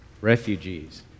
refugees